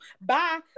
Bye